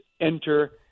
enter